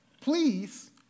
please